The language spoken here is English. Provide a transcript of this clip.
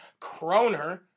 Croner